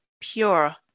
pure